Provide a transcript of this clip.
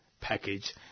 package